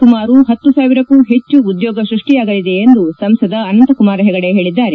ಸುಮಾರು ಪತ್ತು ಸಾವಿರಕ್ಕೂ ಹೆಚ್ಚು ಉದ್ಲೋಗ ಸೃಷ್ಷಿಯಾಗಲಿದೆ ಎಂದು ಸಂಸದ ಅನಂತಕುಮಾರ ಹೆಗಡೆ ಹೇಳಿದ್ದಾರೆ